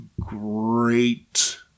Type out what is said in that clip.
great